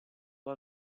può